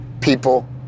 people